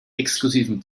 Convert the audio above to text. exklusiven